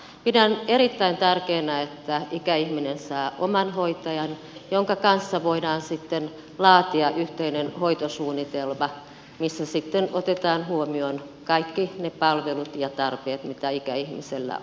pidän erittäin tärkeänä että ikäihminen saa oman hoitajan jonka kanssa voidaan sitten laatia yhteinen hoitosuunnitelma jossa sitten otetaan huomioon kaikki ne palvelut ja tarpeet joita ikäihmisellä on